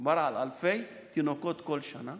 מדובר על אלפי תינוקות בכל שנה